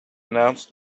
announce